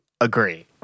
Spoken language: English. agree